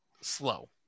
slow